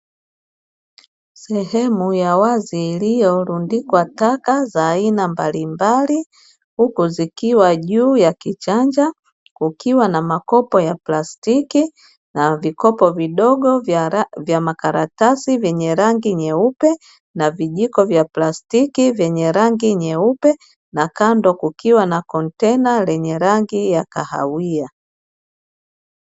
Eneo la wazi lililorundikwa taka za aina mbalimbali huku zikiwa juu ya kichanja kukiwa na vikopo vya plastiki, na vikopo vidogo vya makaratasi vyeneye rangi nyeupe na vijiko vya plastiki vyenye rangi nyeupe, na kando kukiwa na kontena la rangi ya kahawia.